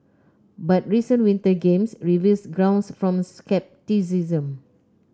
but recent Winter Games reveal grounds form scepticism